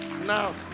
now